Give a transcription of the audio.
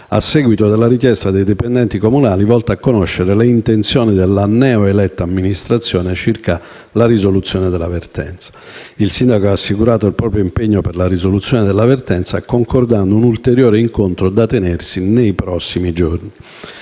a seguito della richiesta dei dipendenti comunali volta a conoscere le intenzioni della neoeletta amministrazione circa la risoluzione della vertenza. Il sindaco ha assicurato il proprio impegno per la risoluzione della vertenza, concordando un ulteriore incontro da tenersi nei prossimi giorni.